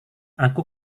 aku